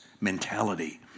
mentality